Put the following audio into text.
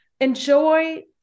Enjoy